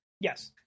Yes